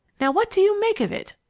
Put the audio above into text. now what do you make of it?